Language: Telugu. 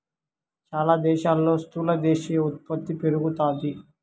చాలా దేశాల్లో స్థూల దేశీయ ఉత్పత్తి పెరుగుతాది